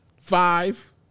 five